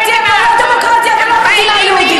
לא תהיה פה לא דמוקרטיה ולא מדינה יהודית.